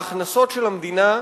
ההכנסות של המדינה,